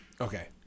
Okay